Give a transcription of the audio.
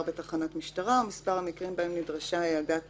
בתחנת משטרה ואת מספר המקרים שבהם נדרשה העדת